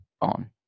on